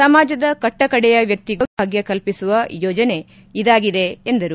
ಸಮಾಜದ ಕಟ್ಟಕಡೆಯ ವ್ಯಕ್ತಿಗೂ ಆರೋಗ್ಯ ಭಾಗ್ಯ ಕಲ್ಪಿಸುವ ಯೋಜನೆ ಇದಾಗಿದೆ ಎಂದರು